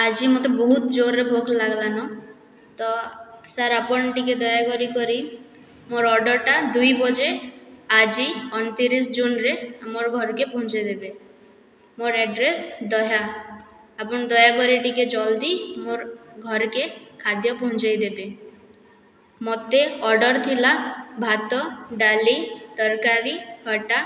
ଆଜି ମୋତେ ବହୁତ ଜୋରରେ ଭୋକ୍ ଲାଗଲାନ ତ ସାର୍ ଆପଣ ଟିକେ ଦୟାକରି କରି ମୋର୍ ଅର୍ଡ଼ରଟା ଦୁଇ ବଜେ ଆଜି ଅଣତିରିଶି ଜୁନରେ ଆମର୍ ଘରକେ ପହଞ୍ଚାଇ ଦେବେ ମୋର ଆଡ୍ରେସ ଦହ୍ୟା ଆପଣ ଦୟାକରି ଟିକେ ଜଲ୍ଦି ମୋର୍ ଘରକେ ଖାଦ୍ୟ ପହଞ୍ଚାଇ ଦେବେ ମୋତେ ଅର୍ଡ଼ର ଥିଲା ଭାତ ଡାଲି ତରକାରୀ ଖଟା